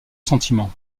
sentiment